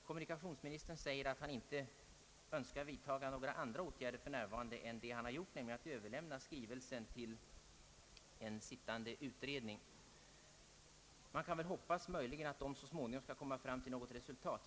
Kommunikationsministern säger att han för närvarande inte önskar vidta några andra åtgärder än vad hittills gjorts, nämligen att överlämna skrivelsen till en sittande utredning. Man får hoppas att denna utredning så småningom skall komma fram till något resultat.